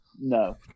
no